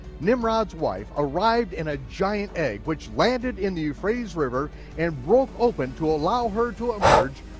nimrod's wife arrived in a giant egg, which landed in the euphrates river and broke open to allow her to emerge,